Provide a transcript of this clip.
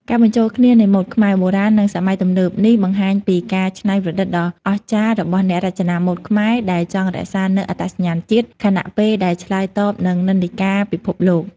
ការបញ្ចូលគ្នានៃម៉ូដខ្មែរ បុរាណ និងសម័យទំនើប នេះបង្ហាញពីការច្នៃប្រឌិតដ៏អស្ចារ្យរបស់អ្នករចនាម៉ូដខ្មែរ ដែលចង់រក្សានូវអត្តសញ្ញាណជាតិ ខណៈពេលដែលឆ្លើយតបនឹងនិន្នាការពិភពលោក។